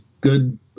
good